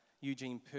Eugene